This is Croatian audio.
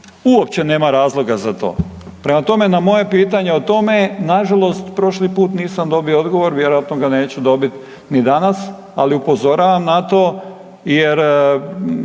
uopće nema razloga za to. Prema tome, na moje pitanje o tome nažalost prošli put nisam dobio odgovor, vjerojatno ga neću dobit ni danas, ali upozoravam na to jer